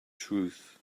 truth